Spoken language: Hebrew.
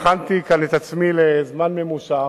והכנתי את עצמי לזמן ממושך,